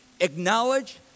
Acknowledge